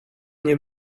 nie